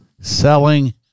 Selling